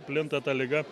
plinta ta liga